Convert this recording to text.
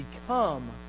become